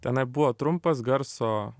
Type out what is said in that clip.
tenai buvo trumpas garso